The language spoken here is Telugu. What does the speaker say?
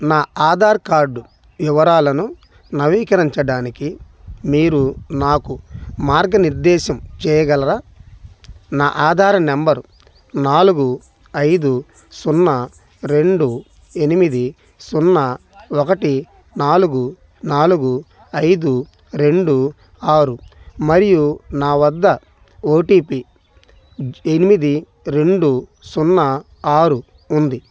నా ఆధార్ కార్డు వివరాలను నవీకరించడానికి మీరు నాకు మార్గనిర్దేశం చేయగలరా నా ఆధార నంబరు నాలుగు ఐదు సున్నా రెండు ఎనిమిది సున్నా ఒకటి నాలుగు నాలుగు ఐదు రెండు ఆరు మరియు నా వద్ద ఓటిపి ఎనిమిది రెండు సున్నా ఆరు ఉంది